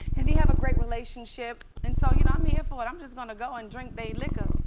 and they have a great relationship, and so you know i'm here for it. i'm just gonna go and drink they liquor.